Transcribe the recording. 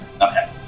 Okay